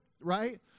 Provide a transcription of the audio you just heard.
right